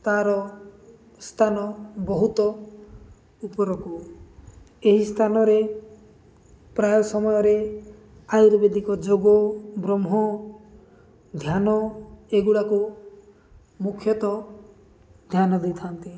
ତା'ର ସ୍ଥାନ ବହୁତ ଉପରକୁ ଏହି ସ୍ଥାନରେ ପ୍ରାୟ ସମୟରେ ଆୟୁର୍ବେଦିକ ଯୋଗ ବ୍ରହ୍ମ ଧ୍ୟାନ ଏଗୁଡ଼ାକୁ ମୁଖ୍ୟତଃ ଧ୍ୟାନ ଦେଇଥାନ୍ତି